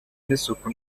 n’isuku